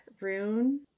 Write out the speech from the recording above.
Rune